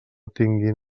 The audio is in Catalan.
tinguin